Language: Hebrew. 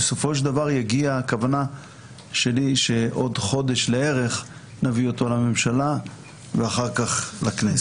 והכוונה שלי שעוד כחודש נביא אותו אל הממשלה ואחר כך לכנסת.